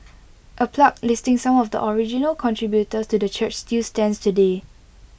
A plaque listing some of the original contributors to the church still stands today